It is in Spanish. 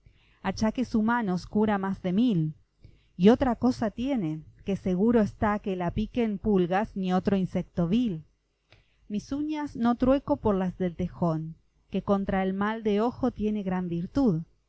achaques humanos cura más de mil y otra cosa tiene que seguro está que la piquen pulgas ni otro insecto vil mis uñas no trueco por las del tejón que contra el mal de ojo tienen gran virtud